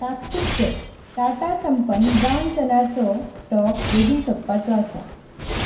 ताकतीक कर टाटा संपन्न ब्राउन चना चो स्टॉक बेगीन सोंपपाचो आसा